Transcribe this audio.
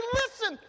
listen